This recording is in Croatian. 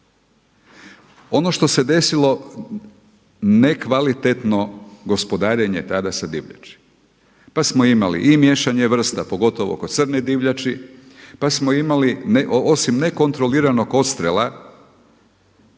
Ono što se desilo nekvalitetno gospodarenje tada sa divljači, pa smo imali i miješanje vrsta pogotovo kod crne divljači, pa smo imali osim nekontroliranog odstrela